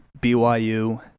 BYU